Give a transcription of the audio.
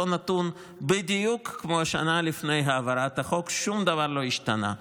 אותו נתון בדיוק כמו שנה לפני העברת החוק ושום דבר לא השתנה.